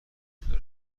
امضا